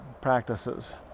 practices